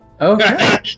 Okay